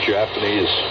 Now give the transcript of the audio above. Japanese